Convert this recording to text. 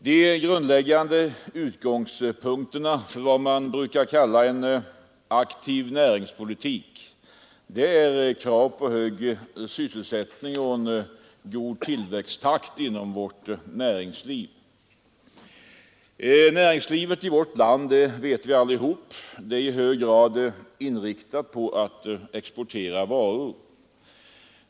De grundläggande utgångspunkterna för vad man brukar kalla en aktiv näringspolitik är kraven på hög sysselsättning och god tillväxttakt i näringslivet. Näringslivet i vårt land är — det vet vi alla — i hög grad inriktat på att exportera varor.